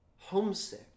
homesick